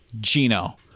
Gino